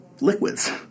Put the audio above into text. liquids